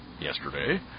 yesterday